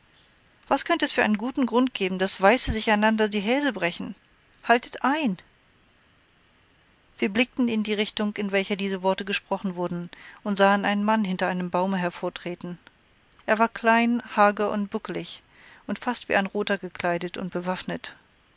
was könnte es für einen guten grund geben daß weiße sich einander die hälse brechen haltet ein wir blickten in die richtung in welcher diese worte gesprochen wurden und sahen einen mann hinter einem baume hervortreten er war klein hager und buckelig und fast wie ein roter gekleidet und bewaffnet